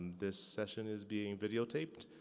this session is being videotaped,